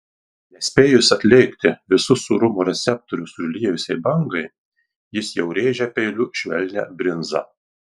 nespėjus atlėgti visus sūrumo receptorius užliejusiai bangai jis jau rėžia peiliu švelnią brinzą